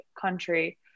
country